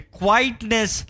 quietness